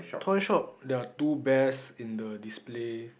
top shop there are two bears in the display